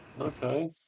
okay